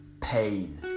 pain